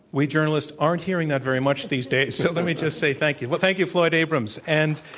we journalists aren't hearing that very much these days, so let me just say thank you. well, thank you, floyd abrams. and